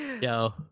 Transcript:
yo